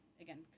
again